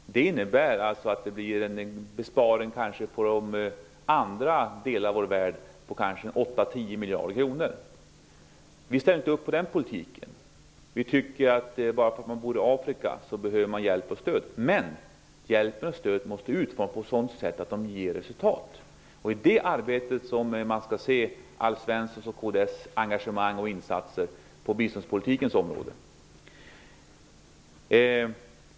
Det innebär en besparing på biståndet till de andra delarna av vår värld på 8--10 miljarder kronor. Vi ställer inte upp på den politiken. Om man bor i Afrika behöver man hjälp och stöd, men hjälpen och stödet måste utformas på sådant sätt att de ger resultat. Det är som ett led i det arbetet som man skall se Alf Svenssons och kds engagemang och insatser på biståndspolitikens område.